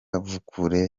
nkuvure